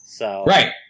Right